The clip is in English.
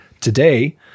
today